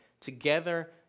Together